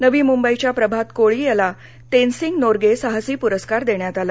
नवी मुंबईच्या प्रभात कोळी याला तेनसिंग नोर्गे साहसी पुरस्कार देण्यात आला